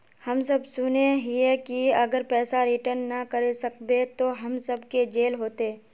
हम सब सुनैय हिये की अगर पैसा रिटर्न ना करे सकबे तो हम सब के जेल होते?